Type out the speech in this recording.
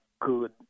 good